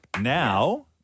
Now